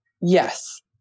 yes